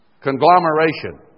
conglomeration